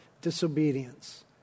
disobedience